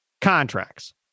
contracts